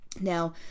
now